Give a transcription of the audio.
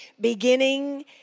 beginning